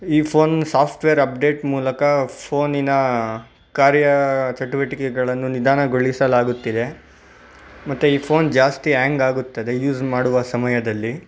ಈ phone software update ಮೂಲಕ ಫೋನಿನ ಕಾರ್ಯ ಚಟುವಟಿಕೆಗಳನ್ನು ನಿಧಾನಗೊಳಿಸಲಾಗುತ್ತಿದೆ ಮತ್ತು ಈ ಫೋನ್ ಜಾಸ್ತಿ ಯಾಂಗ್ ಆಗುತ್ತದೆ ಯೂಸ್ ಮಾಡುವ ಸಮಯದಲ್ಲಿ